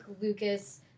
Lucas